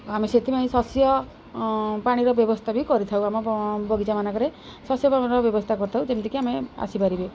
ଆମେ ସେଥିପାଇଁ ଶସ୍ୟ ପାଣିର ବ୍ୟବସ୍ଥା ବି କରିଥାଉ ଆମ ବଗିଚା ମାନଙ୍କରେ ଶସ୍ୟ ପାଣିର ବ୍ୟବସ୍ଥା କରିଥାଉ ଯେମିତିକି ଆମେ ଆସିପାରିବେ